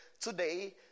today